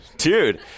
Dude